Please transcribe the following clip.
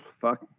fuck